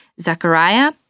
Zechariah